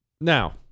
Now